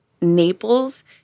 Naples